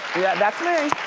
yeah, that's me.